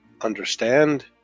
understand